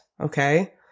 okay